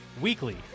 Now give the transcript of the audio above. weekly